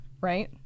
right